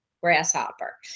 grasshopper